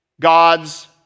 gods